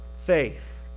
faith